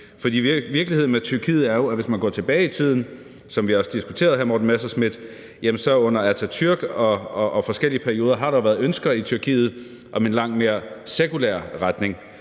Virkeligheden med Tyrkiet er jo, at hvis man går tilbage i tiden – som vi også diskuterede, hr. Morten Messerschmidt – har der under Atatürk og i forskellige perioder jo været ønsker i Tyrkiet om en langt mere sekulær retning,